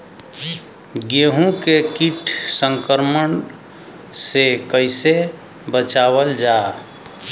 गेहूँ के कीट संक्रमण से कइसे बचावल जा?